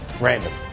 Random